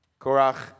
Korach